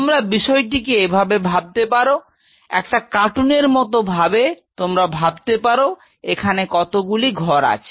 তোমরা বিষয়টিকে এভাবে ভাবতে পার একটা কার্টুনের মত ভাবে তোমরা ভাবতে পার এখানে কতগুলি ঘর আছে